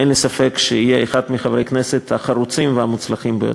אין לי ספק שיהיה אחד מחברי הכנסת החרוצים והמוצלחים ביותר.